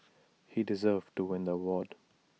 he deserved to win the award